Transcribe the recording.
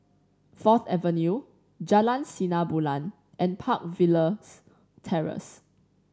Fourth Avenue Jalan Sinar Bulan and Park Villas Terrace